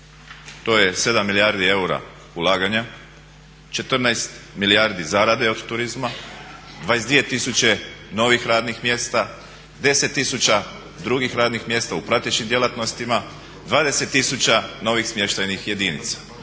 to je 7 milijardi eura ulaganja, 14 milijardi zarade od turizma, 22 tisuće novih radnih mjesta, 10 tisuća drugih radnih mjesta u pratećim djelatnostima, 20 tisuća novih smještajnih jedinica.